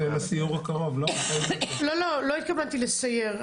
לא, לא, לא התכוונתי לסייר.